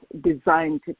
designed